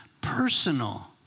personal